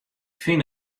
fyn